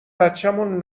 بچمون